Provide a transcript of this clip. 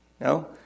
No